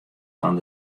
fan